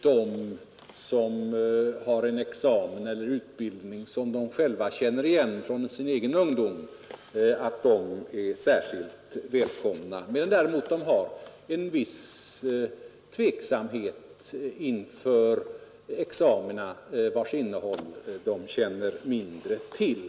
De som har en examen eller utbildning, vilken personalcheferna känner igen från sin egen ungdom, är ofta särskilt välkomna medan personalcheferna hyser en viss tveksamhet inför examina vilkas innehåll de känner mindre väl till.